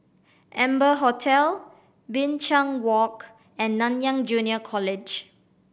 Amber Hotel Binchang Walk and Nanyang Junior College